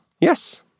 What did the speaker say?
yes